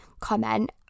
comment